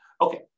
Okay